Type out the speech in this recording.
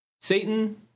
Satan